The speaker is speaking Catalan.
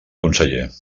conseller